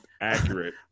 accurate